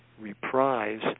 reprise